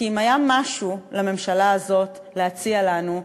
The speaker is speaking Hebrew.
כי אם היה משהו לממשלה הזאת להציע לנו,